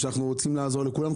ואנחנו רוצים לעזור לכולם,